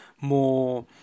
more